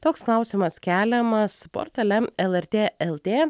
toks klausimas keliamas portale lrt lt